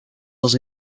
els